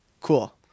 Cool